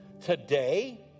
Today